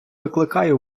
викликає